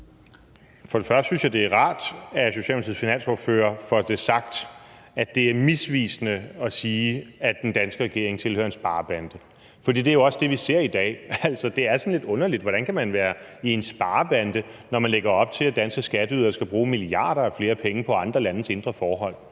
For det første synes jeg, det er rart, at Socialdemokratiets finansordfører får sagt, at det er misvisende at sige, at den danske regering tilhører en sparebande. For det, vi ser i dag, er jo også lidt underligt: Hvordan kan man være i en sparebande, når man lægger op til, at danske skatteydere skal bruge milliarder af flere kroner på andre landes indre forhold?